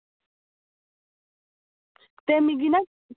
ते मिगी ना